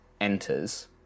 enters